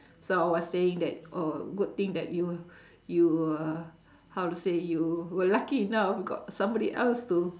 so I was saying that oh good thing that you uh you were how to say you were lucky enough who got somebody else to